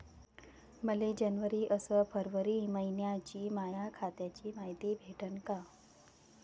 मले जनवरी अस फरवरी मइन्याची माया खात्याची मायती भेटन का?